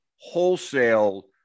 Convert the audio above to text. wholesale